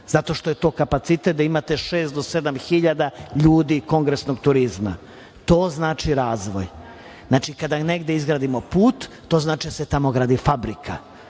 zato što je to kapacitet da imate šest do sedam hiljada ljudi, kongresnog turizma. To znači razvoj. Znači, kada negde izgradimo put, to znači da se tamo gradi fabrika. Prema